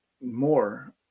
more